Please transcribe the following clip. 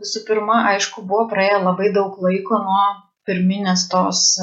visų pirma aišku buvo praėję labai daug laiko nuo pirminės tos